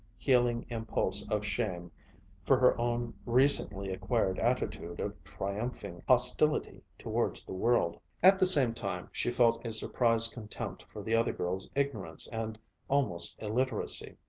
healing impulse of shame for her own recently acquired attitude of triumphing hostility towards the world. at the same time she felt a surprised contempt for the other girl's ignorance and almost illiteracy.